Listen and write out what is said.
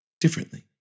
differently